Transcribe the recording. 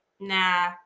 nah